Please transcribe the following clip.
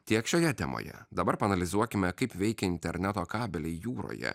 tiek šioje temoje dabar paanalizuokime kaip veikia interneto kabeliai jūroje